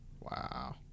wow